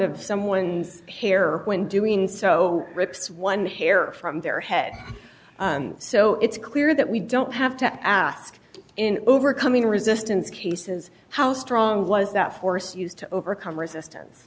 of someone's hair or when doing so rips one hair from their head so it's clear that we don't have to ask in overcoming resistance cases how strong was that force used to overcome resistance